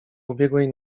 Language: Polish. ubiegłej